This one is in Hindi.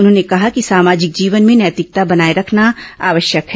उन्होंने कहा कि सामाजिक जीवन में नैतिकता बनाए रखना आवश्यक है